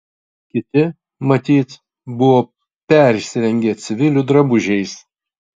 kiti matyt buvo persirengę civilių drabužiais